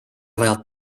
vajab